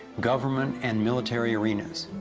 government and military arenas.